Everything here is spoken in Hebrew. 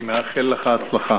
אני מאחל לך הצלחה.